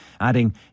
adding